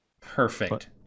Perfect